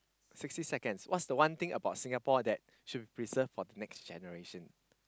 sixty seconds what's the one thing about Singapore that should preserve for the next generation